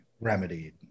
remedied